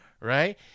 Right